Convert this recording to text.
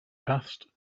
passed